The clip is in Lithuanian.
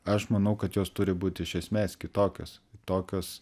aš manau kad jos turi būti iš esmės kitokios tokios